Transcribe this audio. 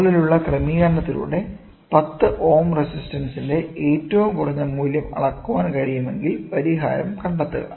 മുകളിലുള്ള ക്രമീകരണത്തിലൂടെ 10 ഓം റെസിസ്റ്റൻസ്ന്റെ ഏറ്റവും കുറഞ്ഞ മൂല്യം അളക്കാൻ കഴിയുമെങ്കിൽ പരിഹാരം കണ്ടെത്തുക